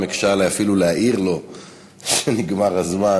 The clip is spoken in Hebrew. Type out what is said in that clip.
הקשה עלי אפילו להעיר לו שנגמר הזמן.